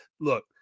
Look